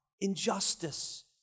injustice